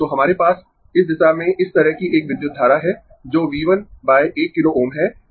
तो हमारे पास इस दिशा में इस तरह की एक विद्युत धारा है जो V 11 किलो Ω है